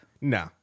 no